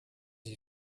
you